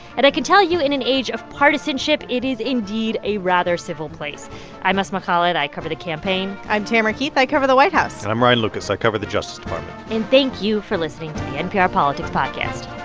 and i can tell you in an age of partisanship, it is, indeed, a rather civil place i'm asma khalid. i cover the campaign i'm tamara keith. i cover the white house and i'm ryan lucas. i cover the justice department and thank you for listening to the npr politics podcast